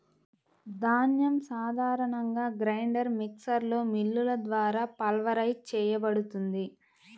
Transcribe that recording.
ధాన్యం సాధారణంగా గ్రైండర్ మిక్సర్లో మిల్లులు ద్వారా పల్వరైజ్ చేయబడుతుంది